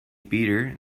peter